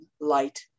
light